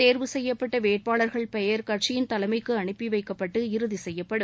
தேர்வு செய்யப்பட்ட வேட்பாளர்கள் பெயர்கள் கட்சியின் தலைமைக்க அனுப்பி வைக்கப்பட்டு இறுதி செய்யப்படும்